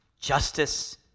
justice